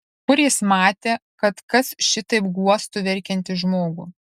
kur jis matė kad kas šitaip guostų verkiantį žmogų